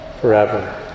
forever